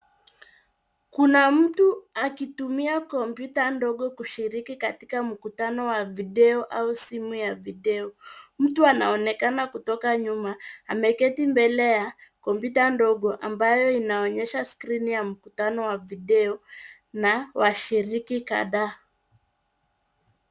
Kuna mtu akitumia kompyuta ndogo kushiriki katika mkutano wa video au simu ya video. Mtu anaonekana kutoka nyuma ameketi mbele ya kompyuta ndogo amabayo inaonyesha skrini ya mkutano ya video. Na washiriki kadhaa.